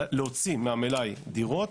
להוציא מהמלאי דירות,